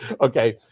Okay